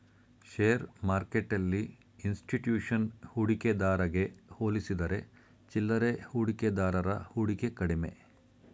share ಮಾರ್ಕೆಟ್ಟೆಲ್ಲಿ institution ಹೂಡಿಕೆದಾರಗೆ ಹೋಲಿಸಿದರೆ ಚಿಲ್ಲರೆ ಹೂಡಿಕೆದಾರರ ಹೂಡಿಕೆ ಕಡಿಮೆ